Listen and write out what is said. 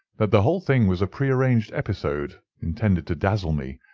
that the whole thing was a pre-arranged episode, intended to dazzle me,